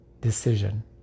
decision